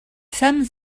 some